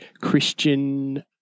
Christian